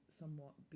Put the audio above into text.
somewhat